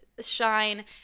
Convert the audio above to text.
shine